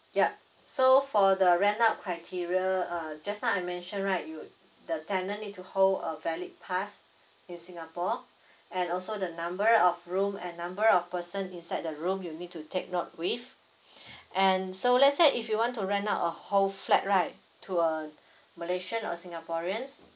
yup so for the rent out criteria uh just now I mentioned right you the tenant need to hold a valid pass in singapore and also the number of room and number of person inside the room you need to take note with and so let's say if you want to rent out a whole flat right to uh malaysian or singaporeans